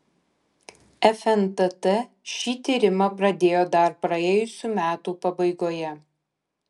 fntt šį tyrimą pradėjo dar praėjusių metų pabaigoje